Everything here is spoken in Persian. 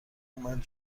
اومد